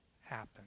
happen